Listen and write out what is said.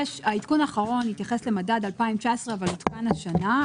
העדכון האחרון שמתייחס למדד 2019 עודכן השנה.